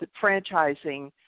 franchising